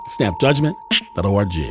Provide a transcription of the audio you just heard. SnapJudgment.org